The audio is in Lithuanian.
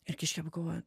ir kiškė pagalvojo